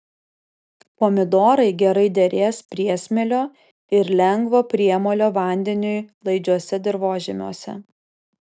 pomidorai gerai derės priesmėlio ir lengvo priemolio vandeniui laidžiuose dirvožemiuose